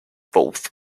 both